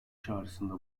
çağrısında